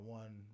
one